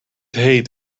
heet